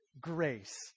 grace